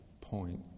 point